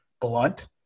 blunt